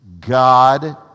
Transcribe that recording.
God